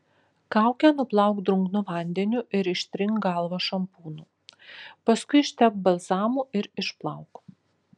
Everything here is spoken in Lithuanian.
kaukę nuplauk drungnu vandeniu ir ištrink galvą šampūnu paskui ištepk balzamu ir išplauk